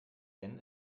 denn